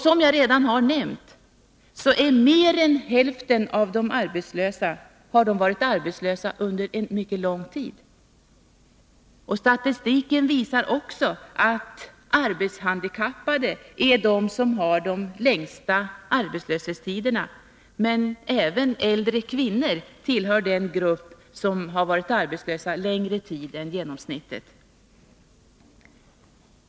Som jag redan nämnt har mer än hälften av de arbetslösa varit det under en lång tid. Statistiken visar också att de arbetshandikappade har de längsta arbetslöshetstiderna. Men även äldre kvinnor tillhör den grupp som varit arbetslösa längre tid än genomsnittet.